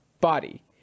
body